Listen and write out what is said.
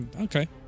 okay